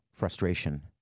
frustration